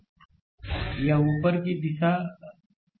slide समय देखें 2307 यह ऊपर की दिशा है